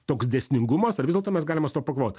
toks dėsningumas ar vis dėlto mes galime su tuo pakovot